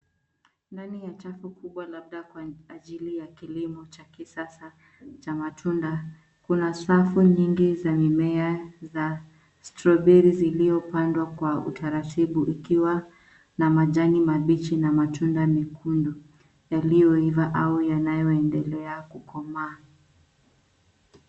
Ndani ya chafu kubwa labda kwa ajili ya kilimo cha kisasa cha matunda. Kuna safu nyingi za mimea za strawberry ziliopandwa kwa utaratibu ikiwa na majani mabichi na matunda mekundu yaliyoiva au yanayoendelea kukomaa.